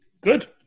Good